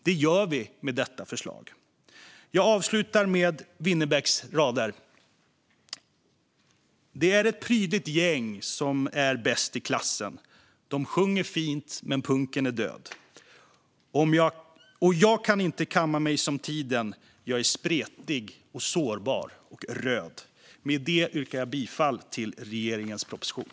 Det gör vi med detta förslag. Jag avslutar med Winnerbäcks rader: Det är ett prydligt gäng som är bäst i klassen. Dom sjunger fint, men punken är död. Och jag kan inte kamma mig som tiden. Jag är spretig och sårbar och röd. Med det yrkar jag bifall till regeringens proposition.